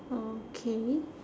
okay